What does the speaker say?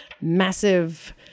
massive